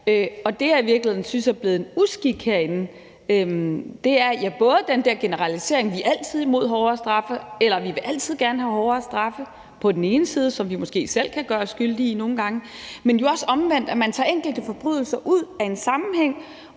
virkeligheden synes er blevet en uskik herinde, er både den der generalisering, det er at sige, at vi altid er imod hårdere straffe, eller at vi altid gerne vil have hårdere straffe, og det kan vi måske selv gøre os skyldige i nogle gange, men også, at man omvendt tager enkelte forbrydelser ud af en sammenhæng